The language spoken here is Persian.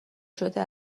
شده